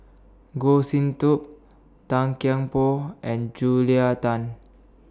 Goh Sin Tub Tan Kian Por and Julia Tan